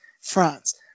France